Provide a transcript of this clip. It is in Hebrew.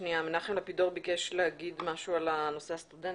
מנחם לפידור ביקש להגיד משהו לגבי נושא הסטודנטים.